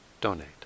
donate